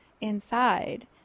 inside